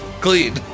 Clean